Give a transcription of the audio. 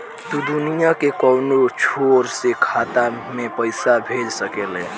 तू दुनिया के कौनो छोर से खाता में पईसा भेज सकेल